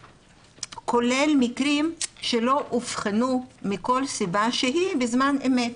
כולל מקרים שלא אובחנו מכל סיבה שהיא בזמן אמת,